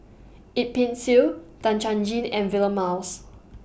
Yip Pin Xiu Tan Chuan Jin and Vilma Laus